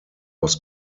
was